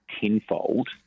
tenfold